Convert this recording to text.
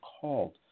called